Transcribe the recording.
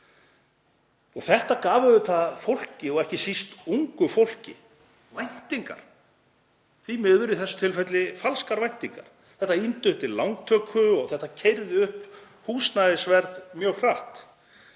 Þetta gaf auðvitað fólki, ekki síst ungu fólki, væntingar, því miður í þessu tilfelli falskar væntingar. Þetta ýtti undir lántöku og þetta keyrði upp húsnæðisverð mjög hratt.